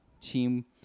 team